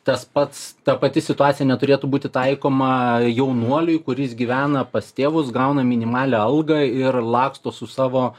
tas pats ta pati situacija neturėtų būti taikoma jaunuoliui kuris gyvena pas tėvus gauna minimalią algą ir laksto su savo